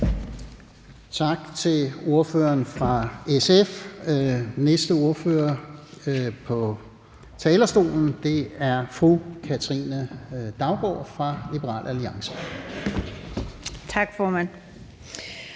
tak til ordføreren fra SF. Den næste ordfører på talerstolen er fru Katrine Daugaard fra Liberal Alliance. Kl.